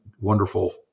wonderful